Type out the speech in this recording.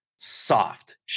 Soft